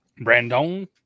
Brandon